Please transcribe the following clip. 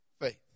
faith